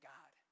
God